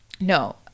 No